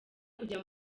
kujya